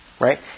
right